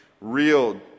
real